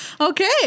Okay